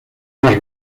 más